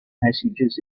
messages